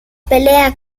pelea